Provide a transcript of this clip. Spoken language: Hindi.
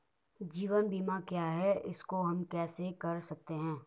जीवन बीमा क्या है इसको हम कैसे कर सकते हैं?